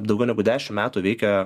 daugiau negu dešim metų veikia